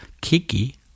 Kiki